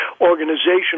organizational